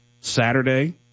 Saturday